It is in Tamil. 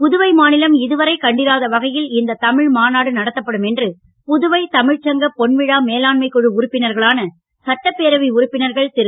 புதுவை மாநிலம் இதுவரை கண்டிராத வகையில் இந்த தமிழ்மாநாடு நடத்தப்படும் என்று புதுவை தமிழ்ச்ங்க பொன்விழா மேலான்மைக் குழு உறுப்பினர்களான சட்டப்பேரவை உறுப்பினர்கள் திரு